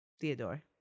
Theodore